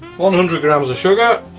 one hundred grams of sugar.